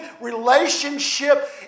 relationship